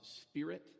spirit